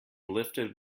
lifted